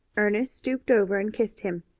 ernest stooped over and kissed him.